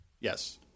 Yes